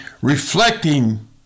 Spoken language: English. reflecting